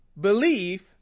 Belief